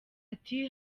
ati